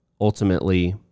ultimately